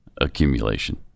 accumulation